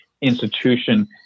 institution